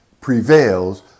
prevails